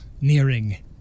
nearing